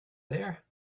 there